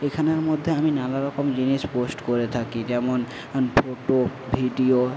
এখানের মধ্যে আমি নানা রকম জিনিস পোস্ট করে থাকি যেমন যেমন ফোটো ভিডিও